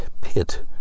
pit